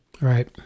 Right